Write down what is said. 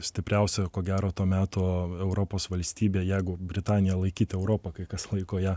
stipriausia ko gero to meto europos valstybė jeigu britanija laikyti europa kai kas laiko ją